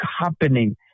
happening